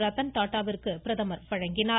ரத்தன் டாடாவிற்கு பிரதமர் வழங்கினார்